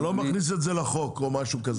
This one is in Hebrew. אבל אני לא מכניס את זה לחוק או משהו כזה.